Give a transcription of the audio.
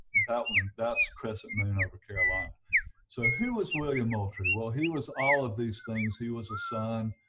that one that's crescent moon over carolina so who was william moultrie? well he was all of these things, he was a son,